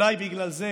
אולי בגלל זה,